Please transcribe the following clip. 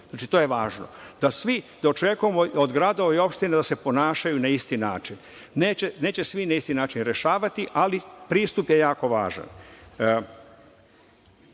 Republike. Važno je da očekujemo od gradova i opština da se ponašaju na isti način. Neće svi na isti način rešavati, ali pristup je jako